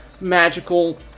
magical